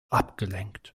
abgelenkt